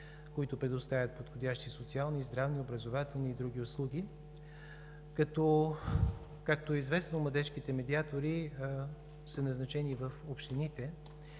които предоставят подходящи социални, здравни, образователни и други услуги. Както е известно, младежките медиатори са назначени в общините,